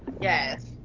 Yes